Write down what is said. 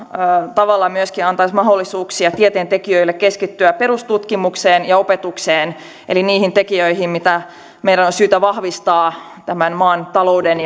tavalla myöskin antaisi mahdollisuuksia tieteentekijöille keskittyä perustutkimukseen ja opetukseen eli niihin tekijöihin mitä meidän on syytä vahvistaa tämän maan talouden